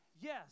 Yes